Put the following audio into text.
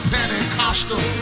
Pentecostal